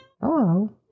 Hello